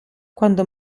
quando